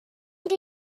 oedd